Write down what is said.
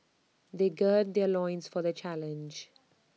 they gird their loins for the challenge